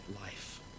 life